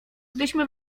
gdyśmy